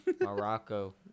Morocco